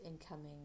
incoming